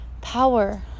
power